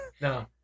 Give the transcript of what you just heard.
No